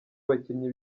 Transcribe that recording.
bakinnyi